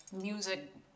music